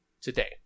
today